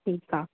ठीकु आहे